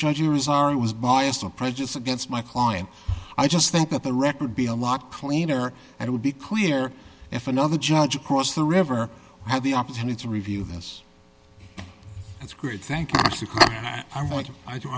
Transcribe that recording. is are was biased or prejudice against my client i just think that the record be a lot cleaner and it would be clear if another judge across the river had the opportunity to review this it's great thank